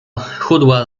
chudła